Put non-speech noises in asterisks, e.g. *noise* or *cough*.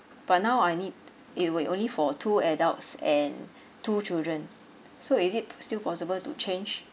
but now I need it will only for two adults and *breath* two children so is it still possible to change